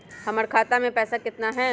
हमर खाता मे पैसा केतना है?